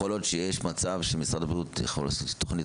יכול להיות שיש מצב שמשרד הבריאות יכול לעשות תוכנית